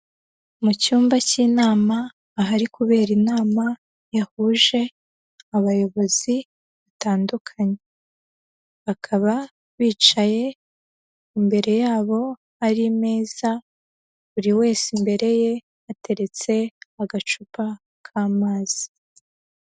Mu cyumba cy'inama ahari kubera inama yahuje abayobozi batandukanye, bakaba bicaye, imbere yabo hari imeza, buri wese imbere ye hateretse agacupa k'amazi.